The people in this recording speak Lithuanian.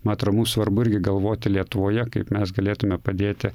ma atro mum svarbu irgi galvoti lietuvoje kaip mes galėtume padėti